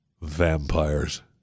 vampires